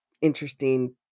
interesting